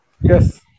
Yes